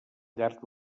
llarg